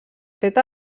fet